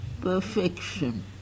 perfection